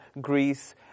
Greece